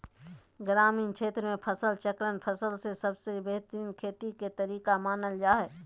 ग्रामीण क्षेत्र मे फसल चक्रण फसल ले सबसे बेहतरीन खेती के तरीका मानल जा हय